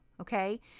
Okay